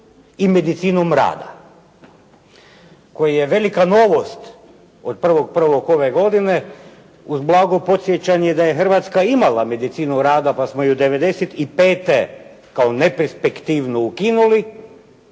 i medicinom rada. Koji je velika novost od 1. 1. ove godine uz blago podsjećanje da je Hrvatska imala medicinu rada pa smo je '95. kao neperspektivnu ukinuli,